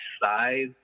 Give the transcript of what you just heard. size